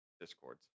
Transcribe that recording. discords